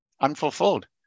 unfulfilled